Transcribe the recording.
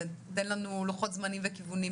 הן מגיעות למקום ונטשו לאורך הדרך,